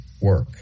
work